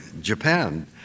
Japan